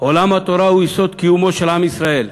"עולם התורה הוא יסוד קיומו של עם ישראל".